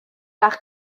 bach